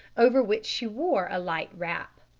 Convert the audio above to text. over which she wore a light wrap.